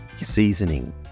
seasoning